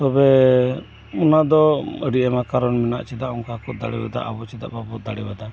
ᱛᱚᱵᱮ ᱚᱱᱟᱫᱚ ᱟᱹᱰᱤ ᱟᱭᱢᱟ ᱠᱟᱨᱚᱱ ᱢᱮᱱᱟᱜᱼᱟ ᱪᱮᱫᱟᱜ ᱚᱱᱟᱠᱟ ᱠᱩ ᱫᱟᱲᱮᱭᱟᱫᱟ ᱪᱮᱫᱟᱜ ᱵᱟᱵᱚ ᱫᱟᱲᱮᱭᱟᱫᱟ